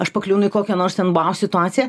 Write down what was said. aš pakliūnu į kokią nors ten bau situaciją